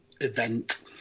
event